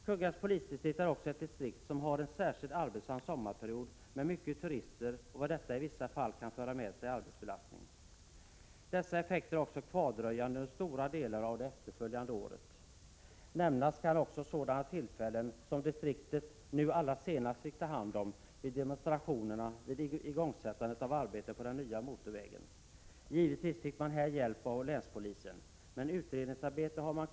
Kungälvs polisdistrikt är också ett distrikt som har en särskilt arbetsam sommarperiod, med många turister och vad detta i vissa fall kan föra med sig i arbetsbelastning. Dessa effekter är också kvardröjande under stora delar av det efterföljande året. Nämnas kan sådana tillfällen som demonstrationerna vid igångsättandet av arbetet på den nya motorvägen, vilka distriktet allra senast fick ta hand om. Givetvis fick man hjälp av länspolisen, men utredningsarbetet återstår.